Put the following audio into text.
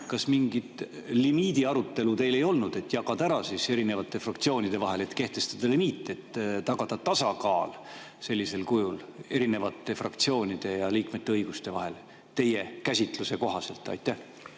Kas mingit limiidiarutelu teil ei olnud, et jagada ära eri fraktsioonide vahel? Kehtestada limiit, et tagada tasakaal sellisel kujul eri fraktsioonide ja liikmete õiguste vahel teie käsitluse kohaselt. Aitäh,